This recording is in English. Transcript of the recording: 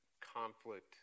conflict